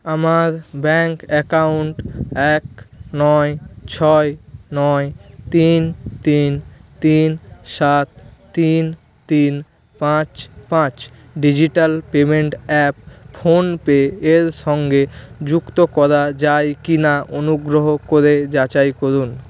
আমার bank account এক নয় ছয় নয় তিন তিন তিন সাত তিন তিন পাঁচ পাঁচ ডিজিটাল পেমেন্ট অ্যাপ ফোনপে এল সঙ্গে যুক্ত করা যায় কিনা অনুগ্রহ করে যাচাই করুন